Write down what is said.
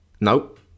Nope